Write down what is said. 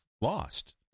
lost